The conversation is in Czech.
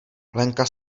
lenka